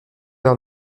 vers